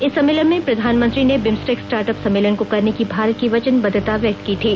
इस सम्मेलन में प्रधानमंत्री ने बिम्सटेक स्टार्टअप सम्मेलन को करने की भारत की वचनबद्धता व्यक्त की थी